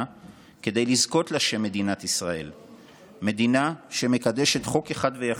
כדי לזכות לשם "מדינת ישראל"; מדינה שמקדשת חוק אחד ויחיד: